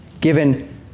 given